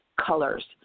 colors